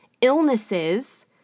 illnesses